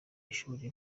ishuri